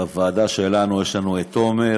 בוועדה שלנו יש לנו תומר,